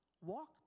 Walk